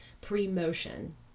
pre-motion